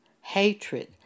hatred